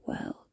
world